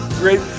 Great